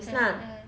mm mm